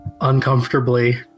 uncomfortably